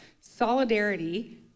solidarity